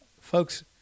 folks